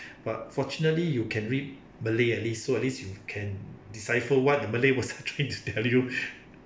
but fortunately you can read malay at least so at least you can decipher what the malay was trying to tell you